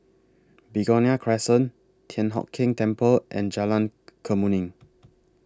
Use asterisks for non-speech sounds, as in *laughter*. Begonia Crescent Thian Hock Keng Temple and Jalan *noise* Kemuning